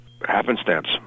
happenstance